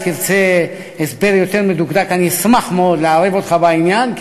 אם תרצה הסבר יותר מדוקדק אני אשמח מאוד לערב אותך בעניין,